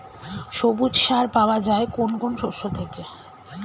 সবুজ সার পাওয়া যায় কোন কোন শস্য থেকে?